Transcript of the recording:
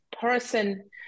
person